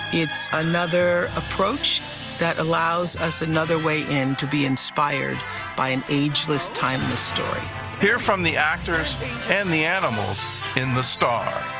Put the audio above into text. it's another approach that allows us another way in to be inspired by an ageless, timeless story. gordon hear from the actors and the animals in the star.